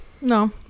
No